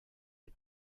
des